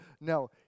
No